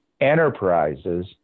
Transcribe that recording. enterprises